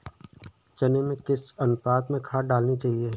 चने में किस अनुपात में खाद डालनी चाहिए?